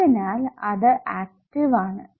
അതിനാൽ അത് ആക്റ്റീവ് ആണ്